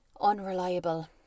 Unreliable